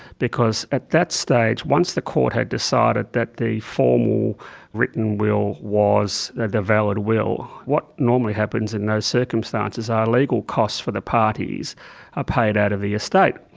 because at that stage, once the court had decided that the formal written will was the valid will, what normally happens in those circumstances are legal costs for the parties are paid out of the estate.